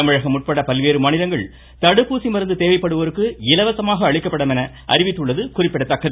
தமிழகம் உட்பட பல்வேறு மாநிலங்கள் தடுப்பூசி மருந்து தேவைப்படுவோருக்கு இலவசமாக அளிக்கப்படும் என அறிவித்துள்ளது குறிப்பிடத்தக்கது